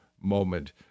moment